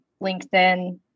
linkedin